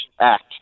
act